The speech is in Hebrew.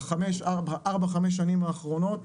בארבע-חמש השנים האחרונות.